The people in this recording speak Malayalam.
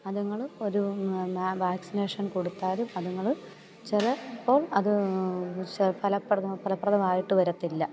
അതുങ്ങൾ ഒരു വാക്സിനേഷൻ കൊടുത്താലും അത്ങ്ങൾ ചിലപ്പോൾ അത് ഫലപ്രദമായിട്ട് വരത്തില്ല